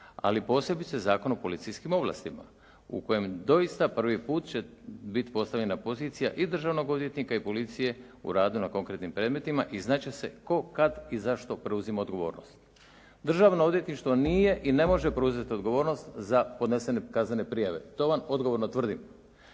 ali posebice Zakonu o policijskim ovlastima u kojem doista prvi puta će biti postavljena pozicija i državnog odvjetnika i policije u radu na konkretnim predmetima i znati će se tko, kada i zašto preuzima odgovornost. Državno odvjetništvo nije i ne može preuzeti odgovornost za podnesene kaznene prijave, to vam odgovorno tvrdim.